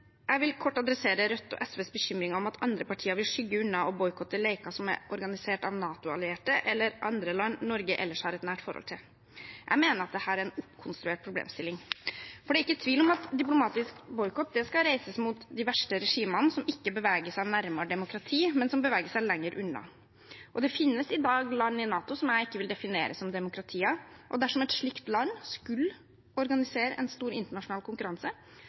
Jeg vil kort ta for meg Rødts og SVs bekymring om at andre partier vil skygge unna å boikotte leker som er organisert av NATO-allierte eller andre land Norge ellers har et nært forhold til. Jeg mener at dette er en oppkonstruert problemstilling. Det er ikke tvil om at diplomatisk boikott skal reises mot de verste regimene som ikke beveger seg nærmere demokrati, men som beveger seg lenger unna. Det finnes i dag land i NATO som jeg ikke vil definere som demokratier, og dersom et slikt land skulle organisere en stor internasjonal konkurranse,